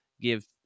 give